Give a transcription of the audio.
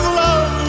love